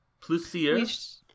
plusieurs